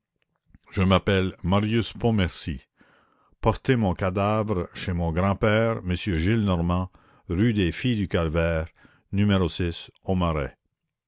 je m'appelle marius pontmercy porter mon cadavre chez mon grand-père m gillenormand rue des filles du calvaire numéro au marais